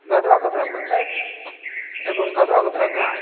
ଗାଧବ କତରା ପଞ୍ଚାୟତ ଏବଂ ଗାଧବ କତରା ଗାଁ